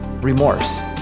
remorse